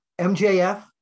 MJF